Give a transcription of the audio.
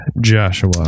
Joshua